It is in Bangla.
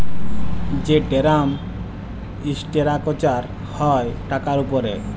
যে টেরাম ইসটেরাকচার হ্যয় টাকার উপরে